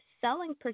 selling